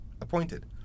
appointed